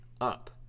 up